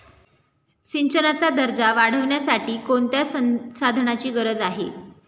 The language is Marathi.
सिंचनाचा दर्जा वाढविण्यासाठी कोणत्या संसाधनांची गरज आहे?